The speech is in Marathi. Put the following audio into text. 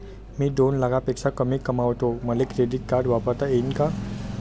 मी दोन लाखापेक्षा कमी कमावतो, मले क्रेडिट कार्ड वापरता येईन का?